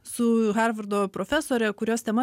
su harvardo profesore kurios tema